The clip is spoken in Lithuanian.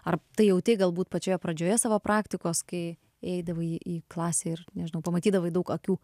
ar tai jautei galbūt pačioje pradžioje savo praktikos kai eidavai į klasę ir nežinau pamatydavai daug akių